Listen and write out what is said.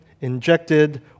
injected